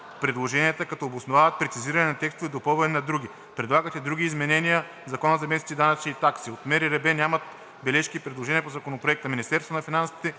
предложенията, като обосновават прецизиране на текстове и допълване на други. Предлагат и други изменения в ЗМДТ. От МРРБ нямат бележки и предложения по Законопроекта. Министерството на финансите